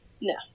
No